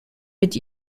mit